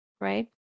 right